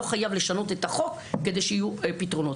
לא חייב לשנות את החוק כדי שיהיו פתרונות.